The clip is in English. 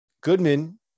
Goodman